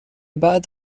بعد